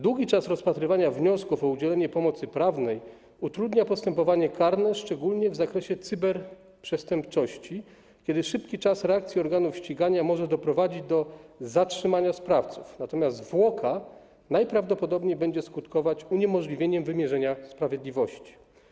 Długi czas rozpatrywania wniosków o udzielenie pomocy prawnej utrudnia postępowanie karne, szczególnie w zakresie cyberprzestępczości, kiedy szybki czas reakcji organów ścigania może doprowadzić do zatrzymania sprawców, natomiast zwłoka najprawdopodobniej będzie skutkować uniemożliwieniem wymierzenia sprawiedliwości.